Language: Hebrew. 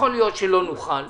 יכול להיות שלא נוכל,